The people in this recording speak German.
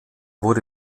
wurde